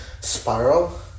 spiral